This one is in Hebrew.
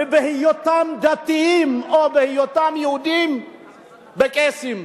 ובהיותם דתיים, או בהיותם יהודים, בקייסים.